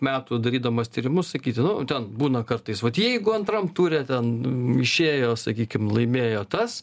metų darydamas tyrimus sakyti nu ten būna kartais vat jeigu antram ture ten išėjo sakykim laimėjo tas